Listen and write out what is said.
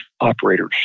operators